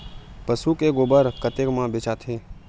पशु के गोबर कतेक म बेचाथे?